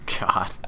God